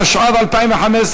התשע"ו 2015,